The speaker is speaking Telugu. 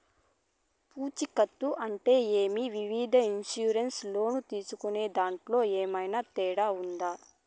పూచికత్తు అంటే ఏమి? వివిధ ఇన్సూరెన్సు లోను తీసుకునేదాంట్లో ఏమన్నా తేడా ఉందా?